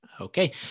Okay